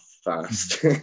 fast